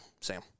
Sam